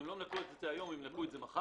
אם הן לא ינקו את זה היום, הן ינקו את זה מחר.